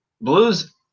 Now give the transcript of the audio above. Blues